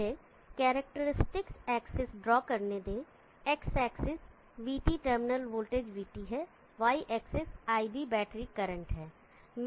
मुझे characteristics axis draw करने दें X axis vT terminal voltage है Y axis iB battery current है